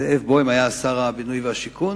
זאב בוים היה אז שר הבינוי והשיכון,